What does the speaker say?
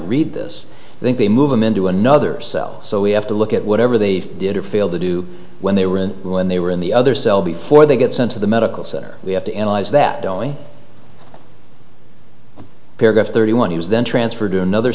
read this i think they move them into another cell so we have to look at whatever they did or failed to do when they were in when they were in the other cell before they get sent to the medical center we have to analyze that only paragraph thirty one he was then transferred to another